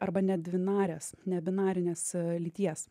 arba nedvinarės nebinarinės lyties